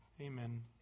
Amen